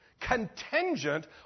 contingent